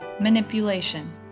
manipulation